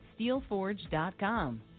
steelforge.com